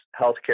healthcare